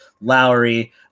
Lowry